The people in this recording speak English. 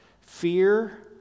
fear